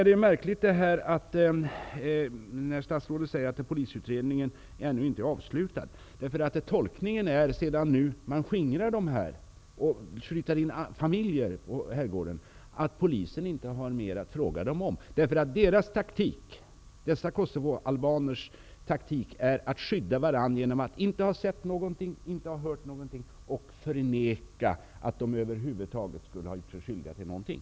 Det är något märkligt, när statrådet säger att polisutredningen ännu inte är avslutad. Men tolkningen är att sedan förövarna har skingrats och nya familjer har flyttat in i herrgården, har inte polisen något mer att fråga om. Dessa Kosovoalbaners taktik är att skydda varandra genom att påstå att de varken har sett eller hört någonting. De förnekar att de över huvud taget har gjort sig skyldiga till någonting.